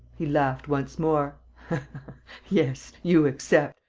he laughed once more yes, you accept,